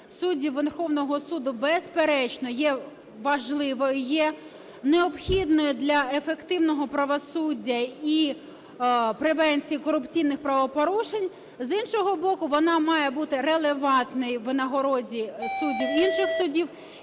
суддів Верховного Суду, безперечно, є важливою, є необхідною для ефективного правосуддя і превенції корупційних правопорушень, з іншого боку, вона має бути релевантною винагороді суддів інших суддів